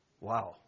Wow